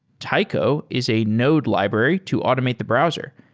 taiko is a node library to automate the browser.